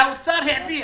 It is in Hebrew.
והאוצר כבר העביר